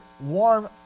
warm